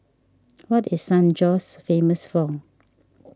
what is San Jose famous for